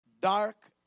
dark